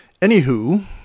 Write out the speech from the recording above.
Anywho